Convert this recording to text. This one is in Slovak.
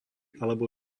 alebo